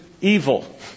evil